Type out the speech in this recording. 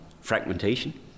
fragmentation